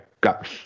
got